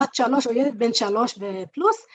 טענה של ילד בן שלוש ופלוס.